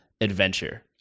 adventure